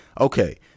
okay